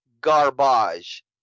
garbage